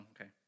okay